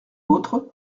d’autres